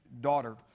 daughter